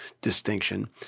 distinction